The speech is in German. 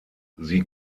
sie